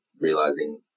realizing